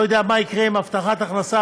לא יודע מה יקרה עם הבטחת הכנסה,